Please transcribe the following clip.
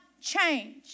change